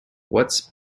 what’s